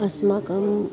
अस्माकं